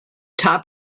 top